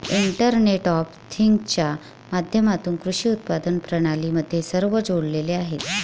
internet of थिंग्जच्या माध्यमातून कृषी उत्पादन प्रणाली मध्ये सर्व जोडलेले आहेत